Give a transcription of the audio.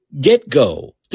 get-go